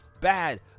bad